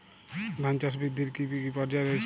ধান চাষ বৃদ্ধির কী কী পর্যায় রয়েছে?